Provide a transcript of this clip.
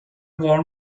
worn